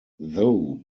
though